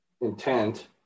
intent